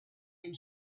and